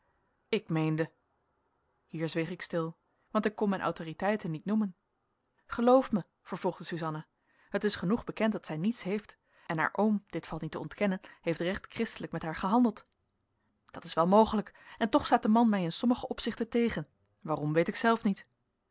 ik meende hier zweeg ik stil want ik kon mijn autoriteiten niet noemen geloof mij vervolgde suzanna het is genoeg bekend dat zij niets heeft en haar oom dit valt niet te ontkennen heeft recht christelijk met haar gehandeld dat is wel mogelijk en toch staat de man mij in sommige opzichten tegen waarom weet ik zelf niet